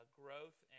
growth